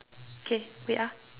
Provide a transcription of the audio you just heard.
okay wait ah